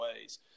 ways